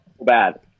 bad